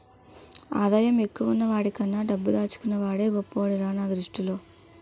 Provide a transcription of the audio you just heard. ఆదాయం ఎక్కువున్న వాడికన్నా డబ్బు దాచుకున్న వాడే గొప్పోడురా నా దృష్టిలో